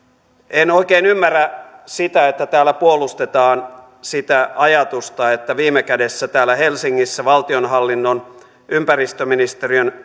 en oikein ymmärrä sitä että täällä puolustetaan sitä ajatusta että viime kädessä täällä helsingissä valtionhallinnon ympäristöministeriön